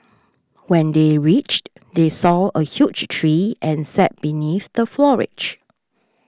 when they reached they saw a huge tree and sat beneath the foliage